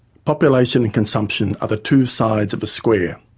population and consumption are the two sides of a square,